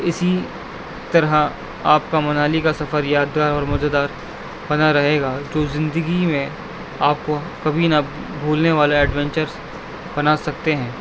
اسی طرح آپ کا منالی کا سفر یادگار اور مزےدار بنا رہے گا جو زندگی میں آپ کو کبھی نہ بھولنے والا ایڈوینچرس بنا سکتے ہیں